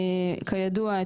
כידוע,